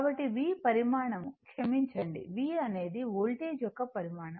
కాబట్టి V పరిమాణం క్షమించండి V అనేది వోల్టేజ్ యొక్క పరిమాణం